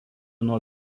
nuo